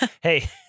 hey